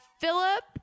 Philip